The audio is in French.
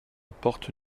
porte